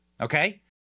okay